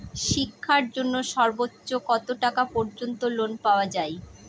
শিক্ষার জন্য সর্বোচ্চ কত টাকা পর্যন্ত লোন পাওয়া য়ায়?